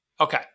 Okay